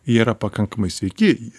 jie yra pakankamai sveiki